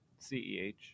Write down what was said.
CEH